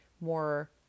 more